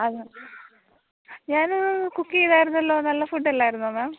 അത് ഞാൻ ഞാൻ കുക്ക് ചെയ്തായിരുന്നല്ലോ നല്ല ഫുഡ് ആല്ലായിരുന്നോ മാം